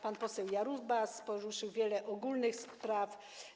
Pan poseł Jarubas poruszył wiele ogólnych spraw.